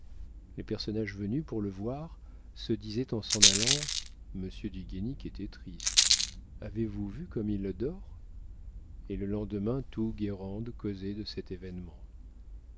les personnages venus pour le voir se disaient en s'en allant monsieur du guénic était triste avez-vous vu comme il dort et le lendemain tout guérande causait de cet événement